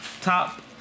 top